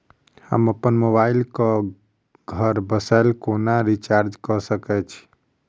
हम अप्पन मोबाइल कऽ घर बैसल कोना रिचार्ज कऽ सकय छी?